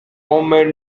homemade